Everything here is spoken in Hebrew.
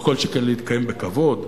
לא כל שכן להתקיים בכבוד,